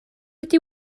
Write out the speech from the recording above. ydy